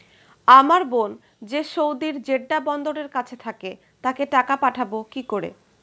আমার বোন যে সৌদির জেড্ডা বন্দরের কাছে থাকে তাকে টাকা পাঠাবো কি করে?